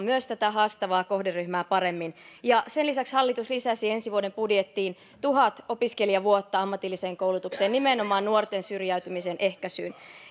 myös tätä haastavaa kohderyhmää paremmin sen lisäksi hallitus lisäsi ensi vuoden budjettiin tuhat opiskelijavuotta ammatilliseen koulutukseen nimenomaan nuorten syrjäytymisen ehkäisyyn